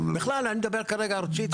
בכלל, אני מדבר כרגע ארצית.